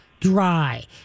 dry